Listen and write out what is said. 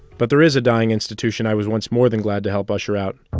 but there is a dying institution i was once more than glad to help usher out